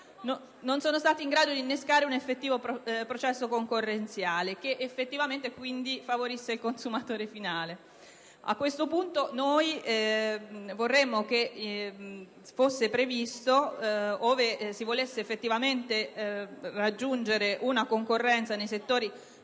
non sono stati in grado di innescare un effettivo processo concorrenziale che effettivamente favorisse il consumatore finale. A questo punto, vorremmo che fosse previsto, ove si volesse effettivamente raggiungere una concorrenza nei settori